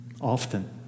Often